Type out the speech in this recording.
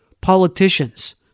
politicians